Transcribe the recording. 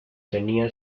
tenía